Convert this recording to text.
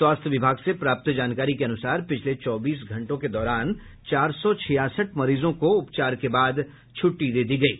स्वास्थ्य विभाग से प्राप्त जानकारी के अनुसार पिछले चौबीस घंटों के दौरान चार सौ छियासठ मरीजों को उपचार के बाद छूट्टी दी गयी